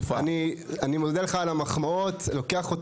אני חושב שהשאלה שלך חצופה.